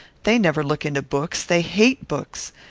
they never look into books. they hate books.